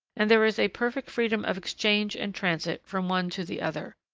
and there is a perfect freedom of exchange and transit from one to the other.